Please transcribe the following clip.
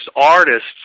artists